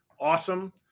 awesome